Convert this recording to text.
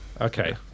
Okay